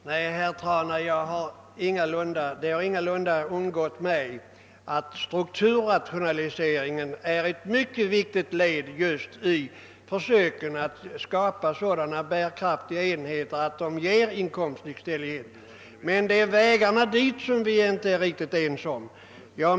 Herr talman! Nej, herr Trana, det har ingalunda undgått mig att strukturrationaliseringen är ett viktigt led i försöken att skapa bärkraftiga enheter som ger inkomstlikställighet, men det är vägarna dit som vi inte är ense om.